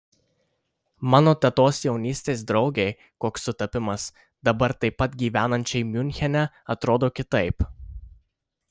mano tetos jaunystės draugei koks sutapimas dabar taip pat gyvenančiai miunchene atrodo kitaip